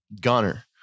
gunner